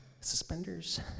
suspenders